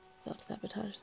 self-sabotage